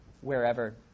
wherever